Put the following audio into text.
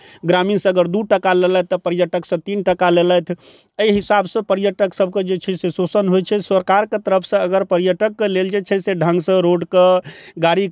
ग्रामीणसँ अगर दुइ टका लेलक तऽ पर्यटकसँ तीन टका लेलथि एहि हिसाबसँ पर्यटकसभके जे छै से शोषण होइ छै सरकारके तरफसँ अगर पर्यटकके लेल जे छै से ढङ्गसँ रोडके गाड़ीके